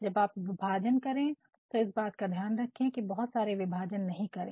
जब आप विभाजन करें इस बात का ध्यान रखे कि बहुत सारे विभाजन नहीं करें